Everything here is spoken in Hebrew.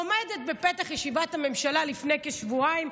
עומדת בפתח ישיבת הממשלה לפני כשבועיים,